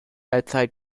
outside